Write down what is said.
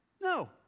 No